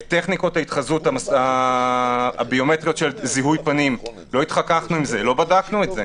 טכניקות ההתחזות הביומטריות של זיהוי פנים לא בדקנו את זה,